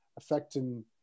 affecting